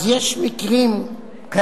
אז יש גם מקרים כאלה,